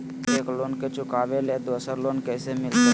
एक लोन के चुकाबे ले दोसर लोन कैसे मिलते?